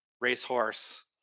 racehorse